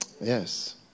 Yes